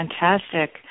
fantastic